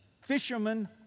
Fishermen